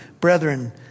brethren